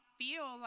feel